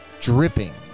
dripping